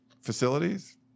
facilities